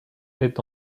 est